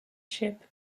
ship